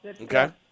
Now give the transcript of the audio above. Okay